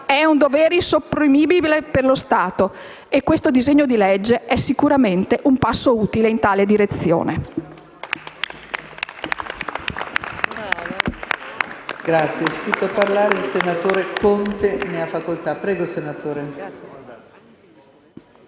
È un dovere insopprimibile per lo Stato. E questo disegno di legge è sicuramente un passo utile in tale direzione.